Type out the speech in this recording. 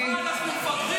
מה, אנחנו מפגרים?